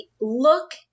look